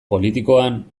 politikoan